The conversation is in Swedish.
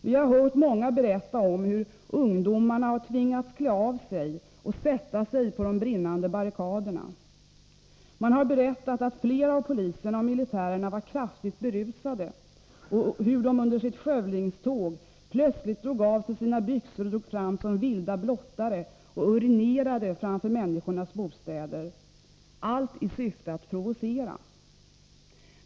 Vi har hört många berätta om hur ungdomarna tvingats klä av sig och sätta sig på de brinnande barrikaderna. Man har berättat att fler av poliserna och militärerna var kraftigt berusade, om hur de under sitt skövlingståg plötsligt drog av sig sina byxor och drog fram som vilda blottare och urinerade utanför människornas bostäder; allt i syfte att provocera.